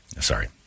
Sorry